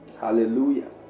Hallelujah